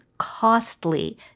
costly